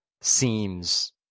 seems